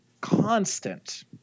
constant